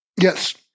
Yes